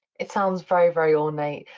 it sounds very, very ornate.